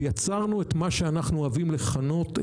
ויצרנו את מה שאנחנו אוהבים לכנות,